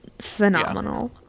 Phenomenal